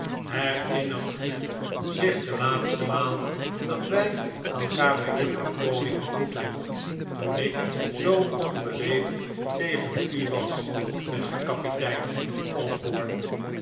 herinnert u zich de laatste maal dat wij elkaar bij juffrouw crawley ontmoetten toen ik zoo onbeleefd tegen u was beste kapitein osborne